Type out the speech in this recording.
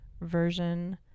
version